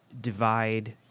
divide